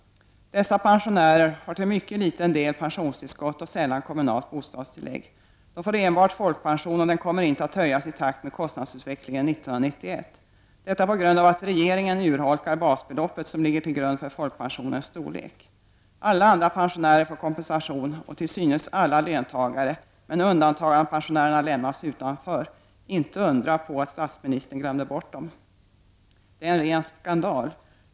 Dessa pensionärer har till mycket liten del pensionstillskott och sällan kommunalt bostadstillägg. De får enbart folkpension, och den kommer inte att höjas i takt med kostnadsutvecklingen 1991 på grund av att regeringen urholkar basbeloppet som ligger till grund för folkpensionens storlek. Alla andra pensionärer, och till synes alla löntagare, får kompensation men undantagandepensionärerna lämnas utanför. Inte att undra på att statsminis Detta är ren skandal.